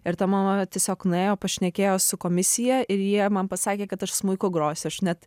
ir ta mano mama tiesiog nuėjo pašnekėjo su komisija ir jie man pasakė kad aš smuiku grosiu aš net